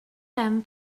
ben